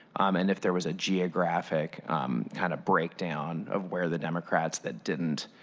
um and if there was a geographic kind of break down of where the democrats that didn't